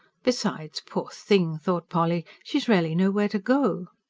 besides, poor thing, thought polly, she has really nowhere to go.